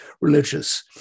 religious